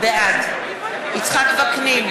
בעד יצחק וקנין,